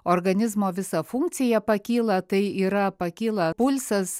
organizmo visa funkcija pakyla tai yra pakyla pulsas